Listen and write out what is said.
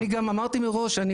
אני גם אמרתי מראש,